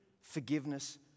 forgiveness